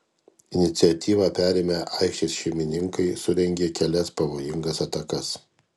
iniciatyvą perėmę aikštės šeimininkai surengė kelias pavojingas atakas